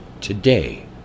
today